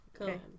Okay